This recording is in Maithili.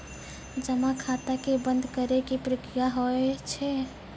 जमा खाता के बंद करे के की प्रक्रिया हाव हाय?